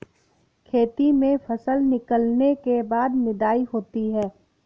खेती में फसल निकलने के बाद निदाई होती हैं?